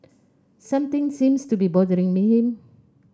something seems to be bothering him